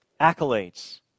accolades